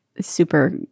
super